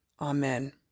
Amen